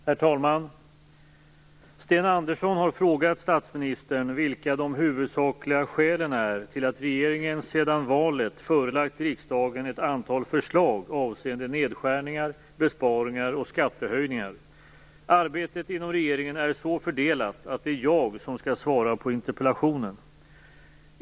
Herr talman! Sten Andersson har frågat statsministern vilka de huvudsakliga skälen är till att regeringen sedan valet förelagt riksdagen ett antal förslag avseende nedskärningar, besparingar och skattehöjningar. Arbetet inom regeringen är så fördelat att det är jag som skall svara på interpellationen.